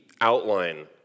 outline